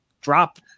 drop